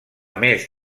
més